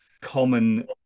common